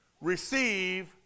receive